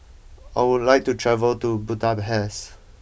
I would like to travel to Budapest